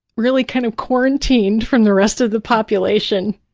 really kind of quarantined from the rest of the population,